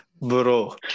bro